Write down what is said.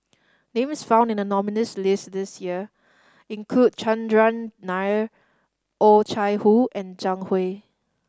names found in the nominees' list this year include Chandran Nair Oh Chai Hoo and Zhang Hui